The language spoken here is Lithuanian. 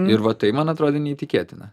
ir va tai man atrodė neįtikėtina